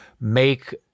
make